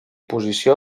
posició